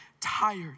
tired